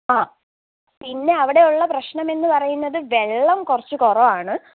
ആ പിന്നെ അവിടെയുള്ള പ്രശ്നമെന്ന് പറയുന്നത് വെള്ളം കുറച്ച് കുറവാണ്